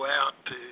out